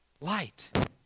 light